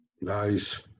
Nice